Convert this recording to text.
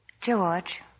George